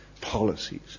policies